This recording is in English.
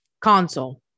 Console